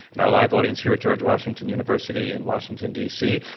and our live audience here at george washington university in washington, d. c.